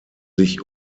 sich